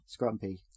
Scrumpy